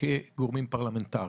וכגורמים פרלמנטריים.